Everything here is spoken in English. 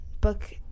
book